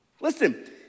Listen